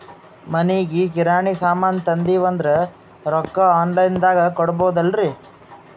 ಮನಿಗಿ ಕಿರಾಣಿ ಸಾಮಾನ ತಂದಿವಂದ್ರ ರೊಕ್ಕ ಆನ್ ಲೈನ್ ದಾಗ ಕೊಡ್ಬೋದಲ್ರಿ?